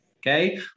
Okay